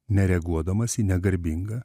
nereaguodamas į negarbingą